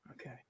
okay